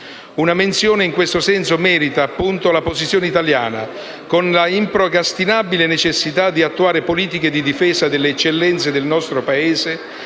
Una menzione in questo senso merita appunto la posizione italiana, con l'improcrastinabile necessità di attuare politiche di difesa delle eccellenze del nostro Paese